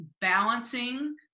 balancing